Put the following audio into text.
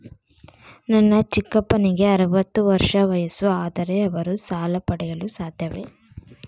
ನನ್ನ ಚಿಕ್ಕಪ್ಪನಿಗೆ ಅರವತ್ತು ವರ್ಷ ವಯಸ್ಸು, ಆದರೆ ಅವರು ಸಾಲ ಪಡೆಯಲು ಸಾಧ್ಯವೇ?